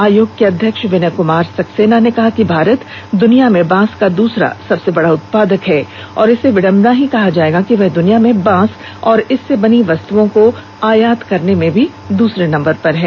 आयोग के अध्यक्ष विनय क्मार सक्सेना ने कहा कि भारत द्वनिया में बांस का दूसरा सबसे बड़ा उत्पादक है और इसे विडंबना ही कहा जाएगा कि वह दुनिया में बांस और इससे बनी वस्तुओं को आयात करने में भी दूसरे नंबर पर है